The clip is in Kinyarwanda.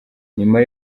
nyuma